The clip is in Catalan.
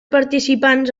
participants